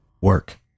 work